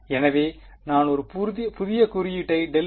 எனவே நான் ஒரு புதிய குறியீட்டை ∇ϕ